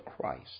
Christ